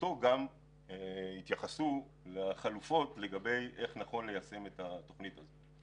ובמסגרתו גם התייחסו לחלופות לגבי איך נכון ליישם את התוכנית הזאת.